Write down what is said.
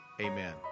amen